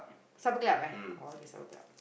Supper-Club eh oh pergi Supper-Club